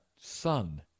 son